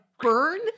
burn